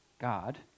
God